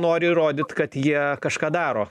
nori įrodyt kad jie kažką daro